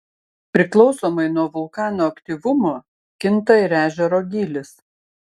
priklausomai nuo vulkano aktyvumo kinta ir ežero gylis